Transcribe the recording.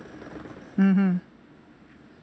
mmhmm